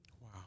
Wow